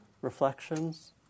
reflections